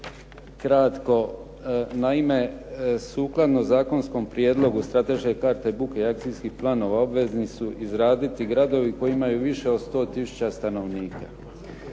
kratko. Naime, sukladno zakonskom prijedlogu strateške karte buke i akcijskih planova obvezni su izraditi gradovi koji imaju više od 100 tisuća stanovnika.